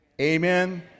Amen